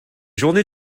journées